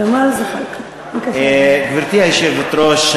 גברתי היושבת-ראש,